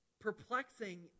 perplexing